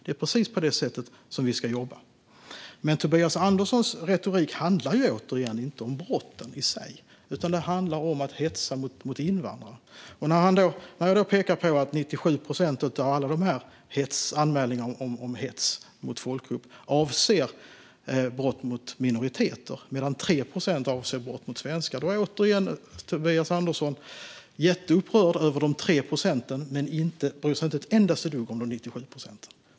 Det är precis på det sättet vi ska jobba. Men återigen - Tobias Anderssons retorik handlar inte om brotten i sig, utan den handlar om att hetsa mot invandrare. När jag pekar på att 97 procent av alla anmälningar om hets mot folkgrupp avser brott mot minoriteter medan 3 procent avser brott mot svenskar är Tobias Andersson återigen jätteupprörd över de 3 procenten men bryr sig inte ett enda dugg om de 97 procenten.